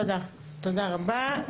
תודה רבה.